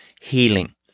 healing